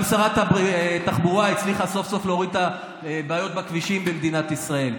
גם שרת התחבורה הצליחה סוף-סוף להוריד את הבעיות בכבישים במדינת ישראל.